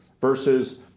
versus